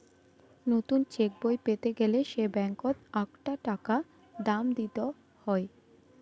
নতুন চেকবই পেতে গেলে সে ব্যাঙ্কত আকটা টাকা দাম দিত হই